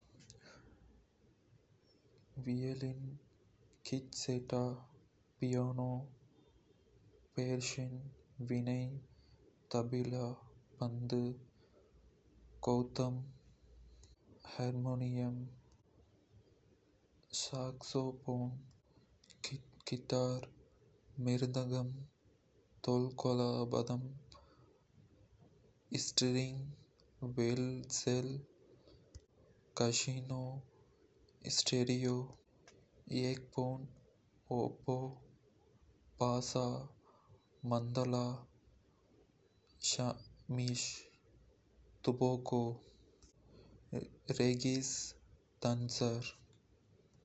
இங்கே பல்வேறு இசைக்கருவிகளின் பெயர்கள் தமிழில் வியோலின் கிச்செட்டா பியானோ பெர்சஷன் வீணை தபிளா பந்து கொழுத்தம் ஹர்மோனியம் ஸாக்சோபோன் கான்செர்ட் சங்கீத வாத்தியம் harp jazz keyboard sitar mridangam தொல்கொபாதம் ஸ்ட்ரிங் வோல்செல் காஸினோ ஸ்டெரியோ துவாரி எஃபோன் ஓபோ பாசா மந்தலா ஷாமிச் துபாகோபரவாடி பாலிகாரா ஃபிளேட் டிரம்பெட் ரேகிஸ் தான்சார்